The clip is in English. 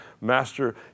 master